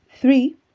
Three